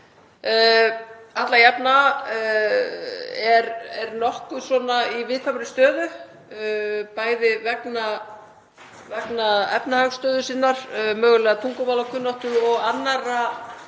alla jafna er í nokkuð viðkvæmri stöðu, bæði vegna efnahagsstöðu sinnar, mögulega tungumálakunnáttu og annarra